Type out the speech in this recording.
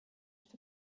for